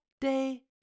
day